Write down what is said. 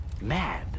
MAD